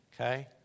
okay